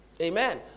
Amen